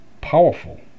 powerful